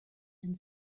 and